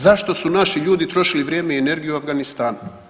Zašto su naši ljudi trošili vrijeme i energiju u Afganistanu.